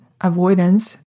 avoidance